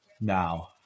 Now